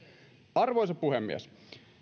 arvoisa puhemies